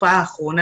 בתקופה האחרונה,